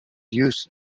use